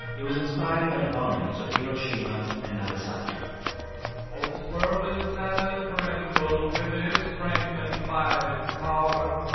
it was inspired by the bombings of hiroshima and nagasaki oh, this world is at a tremble with its strength and mighty power.